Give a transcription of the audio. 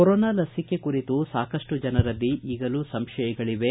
corona ಲಸಿಕೆ ಕುರಿತಂತೆ ಸಾಕಷ್ಟು ಜನರಲ್ಲಿ ಈಗಲೂ ಸಂಶಯಗಳಿವೆ